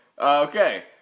Okay